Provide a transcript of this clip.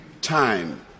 time